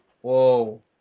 Whoa